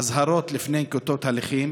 אזהרות לפני נקיטת הליכים